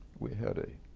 we had a